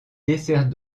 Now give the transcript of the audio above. dessert